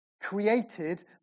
created